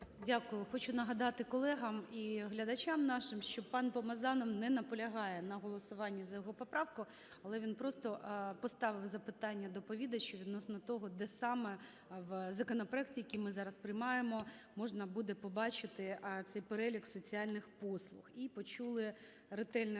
Дякую. Хочу нагадати колегам і глядачам нашим, що пан Помазанов не наполягає на голосуванні за його поправку, але він просто поставив запитання доповідачу відносно того, де саме в законопроекті, який ми зараз приймаємо, можна буде побачити цей перелік соціальних послуг,